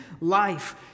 life